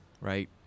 right